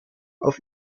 auf